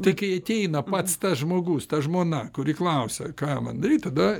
tai kai ateina pats tas žmogus ta žmona kuri klausia ką man daryt tada